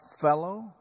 fellow